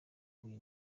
huye